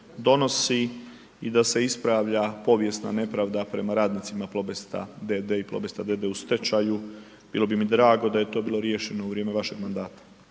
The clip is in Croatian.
donosi i da se ispravlja povijesna nepravda prema radnicima Plobesta d.d. i Plobesta d.d. u stečaju, bilo bi mi drago da je to bilo riješeno u vrijeme vašeg mandata,